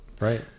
right